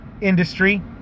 industry